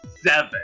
seven